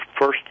first